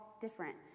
different